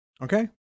Okay